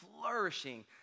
flourishing